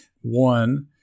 one